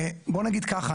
בוא נגיד ככה,